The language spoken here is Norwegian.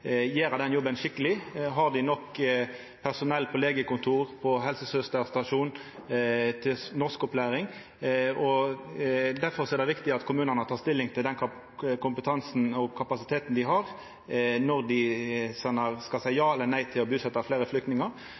gjera den jobben skikkeleg – har dei nok personell på legekontor, på helsestasjonar, til norskopplæring? Derfor er det viktig at kommunane tek stilling til den kompetansen og kapasiteten dei har, når dei skal seia ja eller nei til å busetja fleire flyktningar.